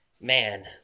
man